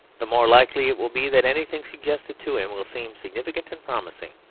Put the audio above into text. the more likely it will be that anything suggested to him will seem significant and promising